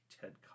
Ted